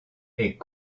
est